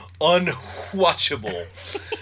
unwatchable